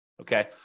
okay